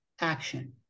action